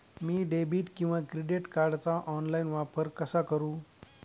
मी debit किंवा credit कार्डचा online वापर कसा करु?